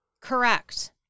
Correct